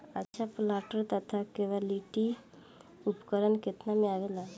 अच्छा प्लांटर तथा क्लटीवेटर उपकरण केतना में आवेला?